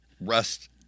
rest